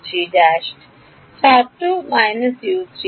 ছাত্র